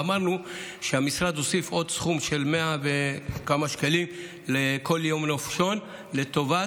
ואמרנו שהמשרד הוסיף עוד סכום של 100 וכמה שקלים לכל יום נופשון לטובת